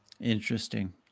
Interesting